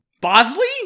Bosley